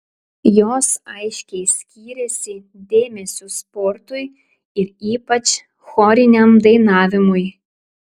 jos aiškiai skyrėsi dėmesiu sportui ir ypač choriniam dainavimui